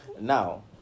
Now